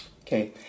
Okay